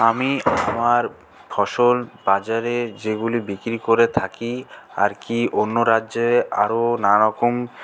আমি আমার ফসল বাজারে যেগুলি বিক্রি করে থাকি আর কি অন্য রাজ্যে আরও নানা রকম